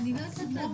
אני אומר אבל דבר נוסף.